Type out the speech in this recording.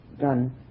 done